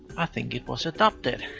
i think it was adopted.